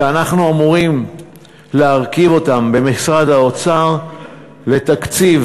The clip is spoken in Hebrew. שאנחנו אמורים להרכיב אותם במשרד האוצר לתקציב